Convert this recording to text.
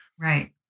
Right